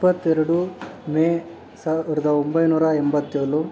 ಇಪ್ಪತ್ತೆರಡು ಮೇ ಸಾವಿರದ ಒಂಬೈನೂರ ಎಂಬತ್ತೇಳು